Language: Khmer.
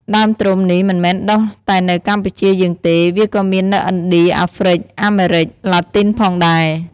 ដើមត្រុំនេះមិនមែនដុះតែនៅកម្ពុជាយើងទេ វាក៏មាននៅឥណ្ឌា អាហ្រ្វិក អាមេរិកឡាទីនផងដែរ។